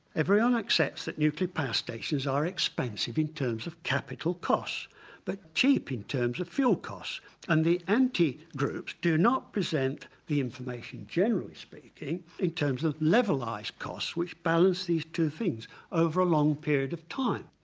everyone accepts that nuclear power stations are expensive in terms of capital costs but cheap in terms of fuel costs and the anti groups do not present the information generally speaking in terms of levelised costs which balance these two things over a long period of time.